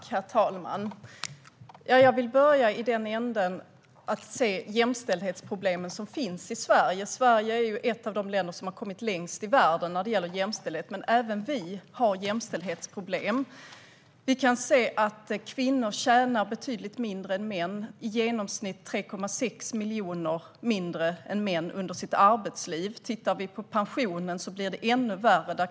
Herr talman! Jag vill börja med att se på jämställdhetsproblemen som finns i Sverige. Sverige är ju ett av de länder som har kommit längst i världen när det gäller jämställdhet, men även vi har jämställdhetsproblem. Vi kan se att kvinnor tjänar betydligt mindre än män - i genomsnitt 3,6 miljoner mindre än män under sitt arbetsliv. Tittar vi på pensionerna ser vi att det är ännu värre.